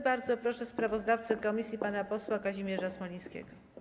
Bardzo proszę sprawozdawcę komisji pana posła Kazimierza Smolińskiego.